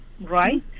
right